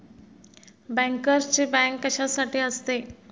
बँकर्सची बँक कशासाठी असते?